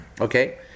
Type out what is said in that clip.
okay